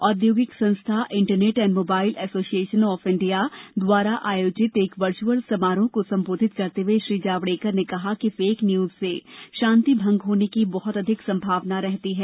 औद्योगिक संस्था internet and mobile association of India I A M A I द्वारा आयोजित एक वर्चुअल समारोह को संबोधित करते हुए श्री जावड़ेकर ने कहा कि फेक न्यूज से शांति भंग होने की बहुत अधिक संभावना होती है